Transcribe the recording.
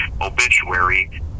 Obituary